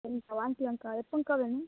சரிங்கக்கா வாங்கிக்கிலாங்கக்கா எப்பங்கக்கா வேணும்